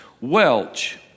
Welch